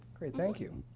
thank you.